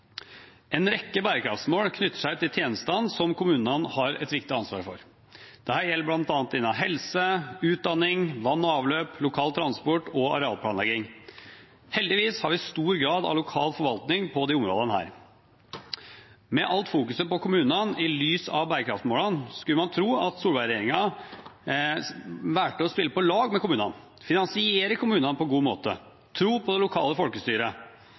En rekke bærekraftsmål knytter seg til tjenestene som kommunene har et viktig ansvar for. Dette gjelder bl.a. innen helse, utdanning, vann og avløp, lokal transport og arealplanlegging. Heldigvis har vi stor grad av lokal forvaltning på disse områdene. Med all fokuseringen på kommunene i lys av bærekraftsmålene skulle man tro at Solberg-regjeringen valgte å spille på lag med kommunene, finansiere kommunene på en god måte, tro på det lokale folkestyret.